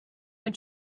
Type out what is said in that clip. when